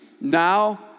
Now